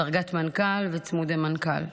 דרגת מנכ"ל וצמודי מנכ"ל.